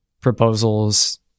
proposals